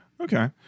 Okay